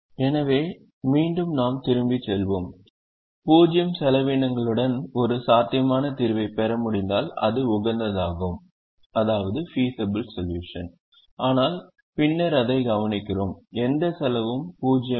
எனவே மீண்டும் நாம் திரும்பிச் செல்வோம் 0 செலவினங்களுடன் ஒரு சாத்தியமான தீர்வைப் பெற முடிந்தால் அது உகந்ததாகும் ஆனால் பின்னர் அதைக் கவனிக்கிறோம் எந்த செலவும் 0 இல்லை